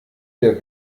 der